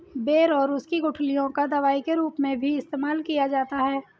बेर और उसकी गुठलियों का दवाई के रूप में भी इस्तेमाल किया जाता है